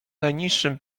najniższym